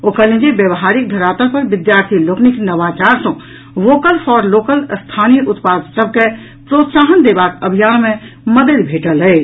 ओ कहलनि जे व्यवहारिक धरातल पर विद्यार्थी लोकनिक नवाचार सँ वोकल फॉर लोकल स्थानीय उत्पाद सभ के प्रोत्साहन देबाक अभियान मे मददि भेटल अछि